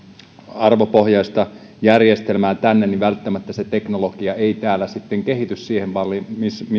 arvopohjaista järjestelmää tänne niin välttämättä se teknologia ei täällä sitten kehity siihen malliin